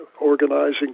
organizing